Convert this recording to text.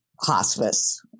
hospice